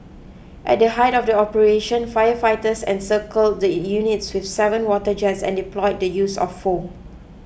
at the height of the operation firefighters encircle the units with seven water jets and deploy the use of foam